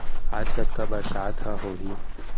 आज कतका बरसात ह होही?